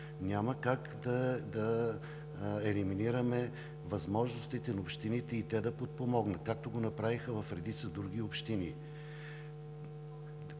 Няма как да елиминираме възможностите на общините и те да подпомогнат, както го направиха в редица други общини.